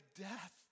death